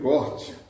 Corte